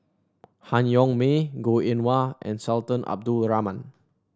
Han Yong May Goh Eng Wah and Sultan Abdul Rahman